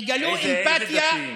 תגלו אמפתיה, איזה דתיים?